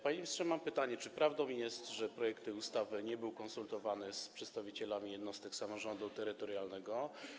Panie ministrze, mam pytanie: Czy prawdą jest, że projekt tej ustawy nie był konsultowany z przedstawicielami jednostek samorządu terytorialnego?